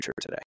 today